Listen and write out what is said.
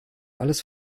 alles